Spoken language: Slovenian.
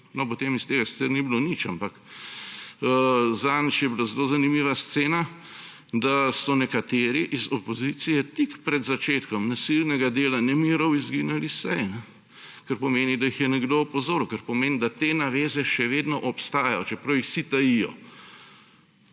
potem iz tega sicer ni bilo nič, ampak zadnjič je bila zelo zanima scena, da so nekateri iz opozicije tik pred začetkom nasilnega dela nemirov izginili s seje; kar pomeni, da jih je nekdo opozoril, kar pomeni, da te naveze še vedno obstajajo, čeprav jih vsi tajijo.